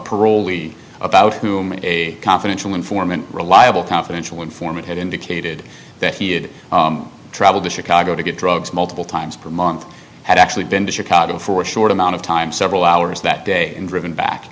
parolee about whom a confidential informant reliable confidential informant had indicated that he had traveled to chicago to get drugs multiple times per month had actually been to chicago for a short amount of time several hours that day and driven back